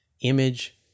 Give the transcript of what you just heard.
image